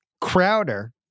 Crowder